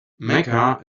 mecca